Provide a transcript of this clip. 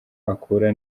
akura